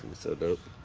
so dope